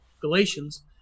Galatians